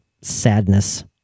sadness